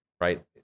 right